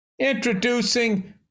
introducing